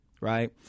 right